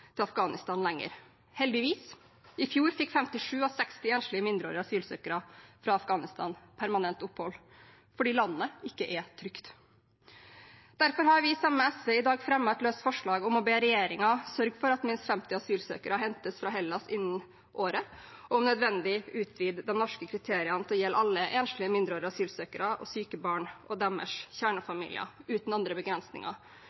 I fjor fikk 57 av 60 enslige mindreårige asylsøkere fra Afghanistan permanent opphold, fordi landet ikke er trygt. Derfor har vi sammen med SV i dag fremmet et løst forslag om å be regjeringen sørge for at minst 50 asylsøkere hentes fra Hellas innen året, og om nødvendig utvide de norske kriteriene til å gjelde alle enslige mindreårige asylsøkere og syke barn og deres